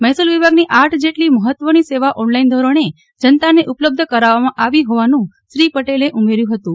મહેસૂલ વિભાગની આઠ જેટલી મહત્વની સેવા ઓનલાઇન ધોરણે જનતાને ઉપલબ્ધ કરાવવામાં આવી હોવાનું શ્રી પટેલે ઉમેર્યું હતું